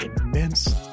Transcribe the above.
immense